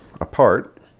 apart